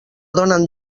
donen